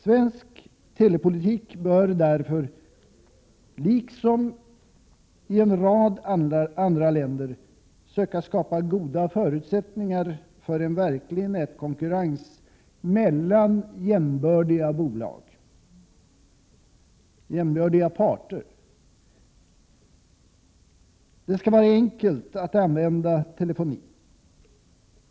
Svensk telepolitik bör därför, på samma sätt som sker i en rad andra länder, söka skapa goda förutsättningar för en verklig nätkonkurrens mellan jämbördiga parter. Det skall vara enkelt att använda telefoni.